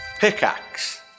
pickaxe